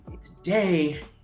Today